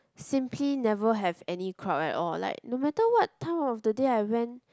simply never have any crowd at all like no matter what time of the day I went